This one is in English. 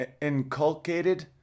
inculcated